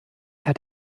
hat